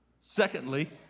Secondly